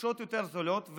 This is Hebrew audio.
חופשות יותר זולות,